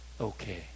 okay